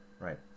Right